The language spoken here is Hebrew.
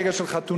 רגע של חתונה,